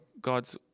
God's